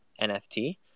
NFT